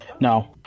No